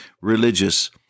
religious